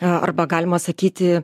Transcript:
arba galima sakyti